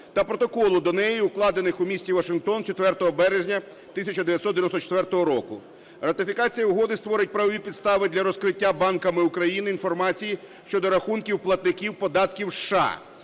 та Протоколу до неї, укладених у місті Вашингтон 4 березня 1994 року. Ратифікація угоди створить правові підстави для розкриття банками України інформації щодо рахунків платників податків США